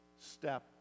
step